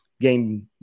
game